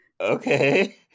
Okay